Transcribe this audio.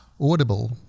Audible